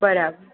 બરાબર